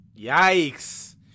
Yikes